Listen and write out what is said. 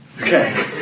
okay